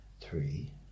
three